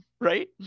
right